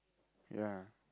ya